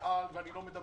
זה חלק מן המשימות שלנו,